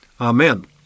Amen